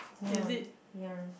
ya ya